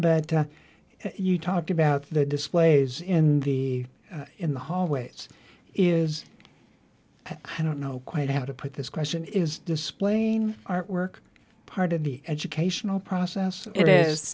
but you talked about the displays in the in the hallways is i don't know quite how to put this question is displaying art work part of the educational process it is